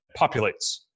populates